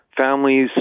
families